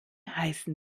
heißen